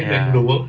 ya